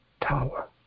tower